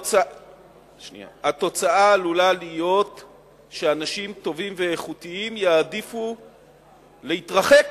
התוצאה עלולה להיות שאנשים טובים ואיכותיים יעדיפו להתרחק